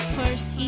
first